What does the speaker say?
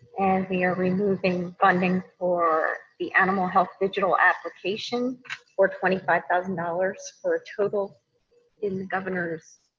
and we are removing funding for the animal health digital application for twenty five thousand dollars for a total in the governor's